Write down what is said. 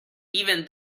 even